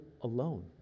alone